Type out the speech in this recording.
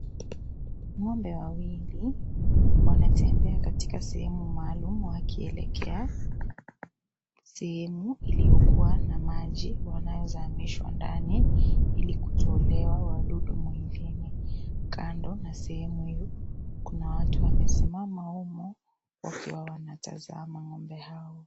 Ng'ombe wawili wanatembea katika sehemu maalum wakielekea sehemu iliyokuwa na maji wanayozamishwa ndani ili kutolewa wadudu mwilini. Kando na sehemu hiyo kuna watu wamesimama wema wakiwa wanatazama ng'ombe hao.